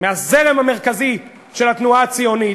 מהזרם המרכזי של התנועה הציונית,